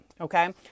okay